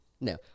No